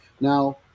Now